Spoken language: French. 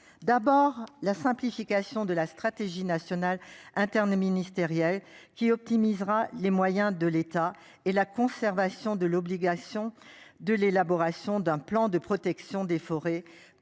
d'abord la simplification de la stratégie nationale. Qui optimisera les moyens de l'État et la conservation de l'obligation de l'élaboration d'un plan de protection des forêts